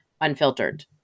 unfiltered